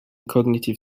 cognitive